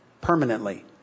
permanently